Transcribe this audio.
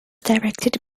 directed